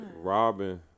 Robin